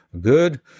Good